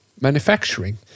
manufacturing